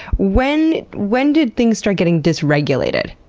when when did things start getting dysregulated?